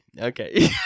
Okay